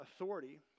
authority